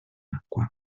acqua